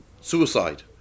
suicide